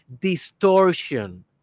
distortion